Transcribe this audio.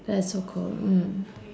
that's so cool mm